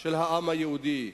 של העם היהודי.